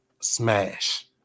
Smash